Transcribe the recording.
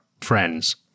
friends